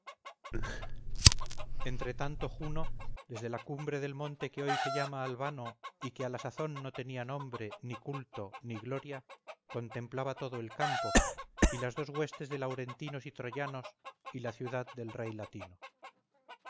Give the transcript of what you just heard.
entre tanto juno desde la cumbre del monte que hoy se llama albano y que a la sazón no tenía nombre ni culto ni gloria contemplaba todo el campo y las dos huestes de laurentinos y troyanos y la ciudad del rey latino